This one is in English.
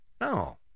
no